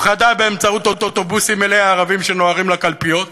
הפחדה באמצעות אוטובוסים מלאי ערבים שנוהרים לקלפיות,